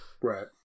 Right